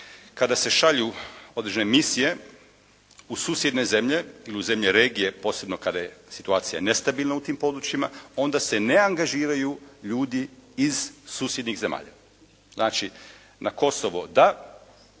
kada se šalju određene misije u susjedne zemlje ili u zemlje regije posebno kada je situacija nestabilna u tim područjima, onda se ne angažiraju ljudi iz susjednih zemalja. Znači na Kosovo da,